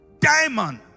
Diamond